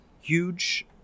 huge